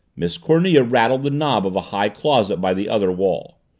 miss cornelia rattled the knob of a high closet by the other wall.